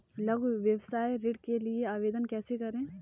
लघु व्यवसाय ऋण के लिए आवेदन कैसे करें?